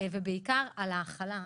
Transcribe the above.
ובעיקר על ההכלה,